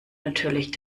natürlich